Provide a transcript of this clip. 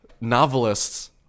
novelists